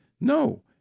no